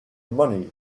money